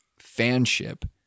fanship